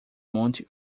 monte